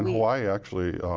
hawai'i actually,